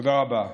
תודה רבה.